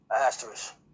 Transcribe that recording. asterisk